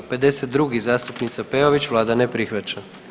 52. zastupnica Peović, vlada ne prihvaća.